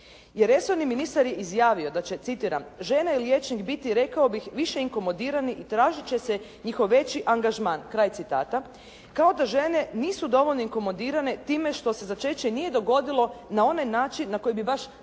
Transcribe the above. Jer ministar je izjavio da će, citiram: “Žene liječnik biti rekao bih više inkomodirani i tražit će se njihov veći angažman.“, kraj citata. Kao da žene nisu dovoljno inkomodirane time što se začeće nije dogodilo na onaj način na koji bi baš